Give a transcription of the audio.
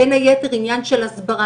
בין היתר עניין של הסברה.